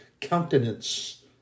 countenance